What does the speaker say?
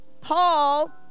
Paul